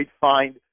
find